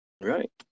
Right